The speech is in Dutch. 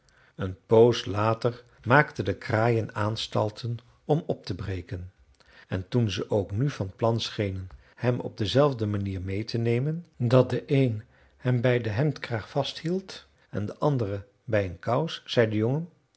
een poos later maakten de kraaien aanstalten om op te breken en toen ze ook nu van plan schenen hem op dezelfde manier meê te nemen dat de een hem bij den hemdkraag vasthield en de andere bij een kous zei de jongen